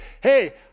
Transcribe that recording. Hey